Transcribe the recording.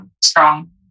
strong